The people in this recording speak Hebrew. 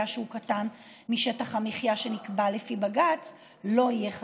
שהוא קטן משטח המחיה שנקבע לפי בג"ץ לא יהיה חסוי.